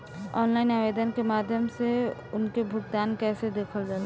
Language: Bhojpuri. ऑनलाइन आवेदन के माध्यम से उनके भुगतान कैसे देखल जाला?